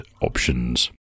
options